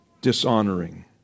dishonoring